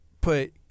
put